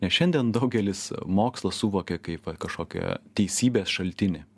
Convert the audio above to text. nes šiandien daugelis mokslą suvokia kaip kažkokią teisybės šaltinį